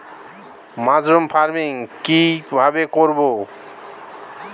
Mushroom farming কি ভাবে করব?